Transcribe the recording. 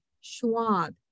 Schwab